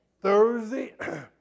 Thursday